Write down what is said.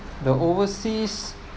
the overseas